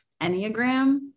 Enneagram